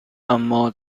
اِما